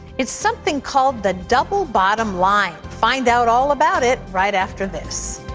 it's something called the double bottom line. find out all about it right after this.